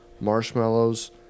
marshmallows